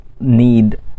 need